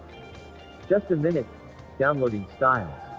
just finished downloading, so